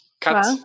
Kat